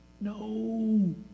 no